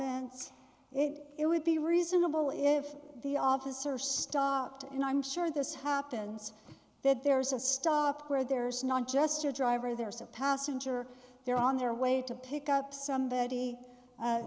and it would be reasonable if the officer stopped and i'm sure this happens that there's a stop where there's not just a driver there's a passenger there on their way to pick up somebody